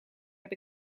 heb